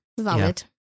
valid